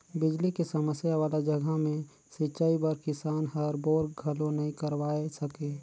बिजली के समस्या वाला जघा मे सिंचई बर किसान हर बोर घलो नइ करवाये सके